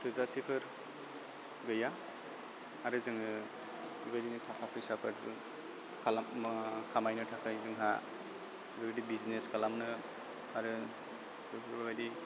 थोजासेफोर गैया आरो जोङो बेबायदिनो थाखा फैसाफोर खालाम खामायनो थाखाय जोंहा बेबायदि बिजनेस खालामनो आरो बेफोरबायदि